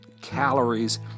calories